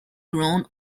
grown